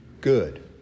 good